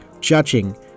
Judging